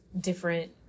different